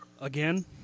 again